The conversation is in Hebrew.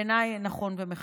בעיניי זה נכון ומחייב.